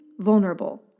vulnerable